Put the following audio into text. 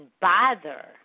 bother